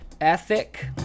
ethic